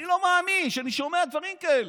אני לא מאמין שאני שומע דברים כאלה.